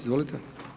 Izvolite.